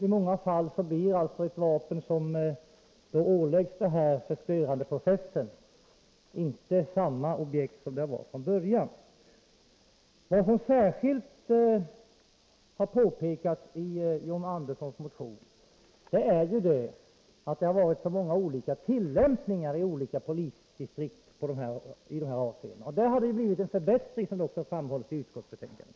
I många fall blir ett vapen som man förstör på detta sätt inte samma objekt som det var från början. Det som särskilt påpekas i John Anderssons motion är att det har förekommit så många olika tillämpningar inom olika polisdistrikt i detta avseende. I fråga om detta har det blivit en förbättring, vilket framhålls i utskottsbetänkandet.